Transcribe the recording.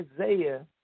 Isaiah